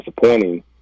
disappointing